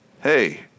hey